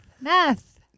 math